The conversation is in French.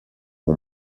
mon